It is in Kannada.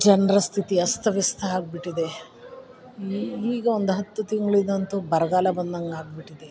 ಜನರ ಸ್ಥಿತಿ ಅಸ್ಥವ್ಯಸ್ತ ಆಗ್ಬಿಟ್ಟಿದೆ ಈಗ ಒಂದು ಹತ್ತು ತಿಂಗಳಿದಂತು ಬರಗಾಲ ಬಂದಂಗೆ ಆಗಿಬಿಟ್ಟಿದೆ